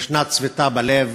יש צביטה בלב,